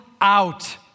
out